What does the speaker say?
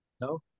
No